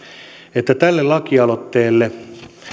että tälle lakialoitteelle